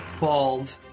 bald